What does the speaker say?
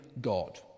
God